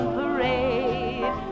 parade